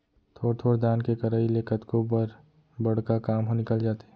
थोर थोर दान के करई ले कतको बर बड़का काम ह निकल जाथे